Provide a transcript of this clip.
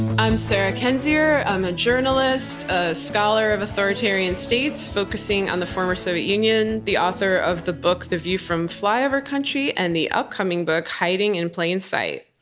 i'm sarah kendzior. i'm a journalist, a scholar of authoritarian states focusing on the former soviet union, the author of the book the view from flyover country, and the upcoming book hiding in plain sight.